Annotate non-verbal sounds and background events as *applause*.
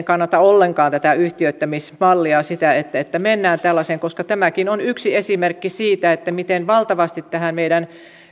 *unintelligible* kannata ollenkaan tätä yhtiöittämismallia sitä että että mennään tällaiseen koska tämäkin on yksi esimerkki siitä miten valtavasti tähän meidän